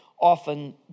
often